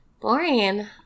boring